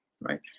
right